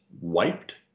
wiped